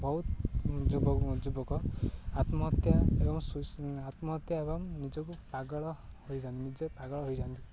ବହୁତ ଯୁବକ ଯୁବକ ଆତ୍ମହତ୍ୟା ଏବଂ ସୁ ଆତ୍ମହତ୍ୟା ଏବଂ ନିଜକୁ ପାଗଳ ହୋଇଯାନ୍ତି ନିଜେ ପାଗଳ ହୋଇଯାନ୍ତି